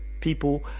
people